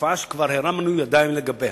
תופעה שכבר הרמנו ידיים לגביה.